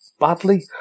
badly